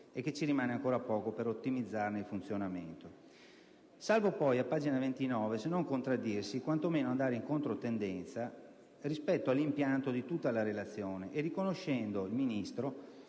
e che ci rimane ancora poco per ottimizzarne il funzionamento. Salvo poi, a pagina 29, se non contraddirsi, quanto meno andare in controtendenza rispetto all'impianto di tutta la relazione, riconoscendo il Ministro